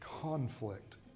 conflict